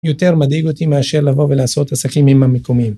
יותר מדאיג אותי מאשר לבוא ולעשות עסקים עם המקומיים.